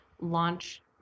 launch